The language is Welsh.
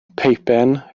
peipen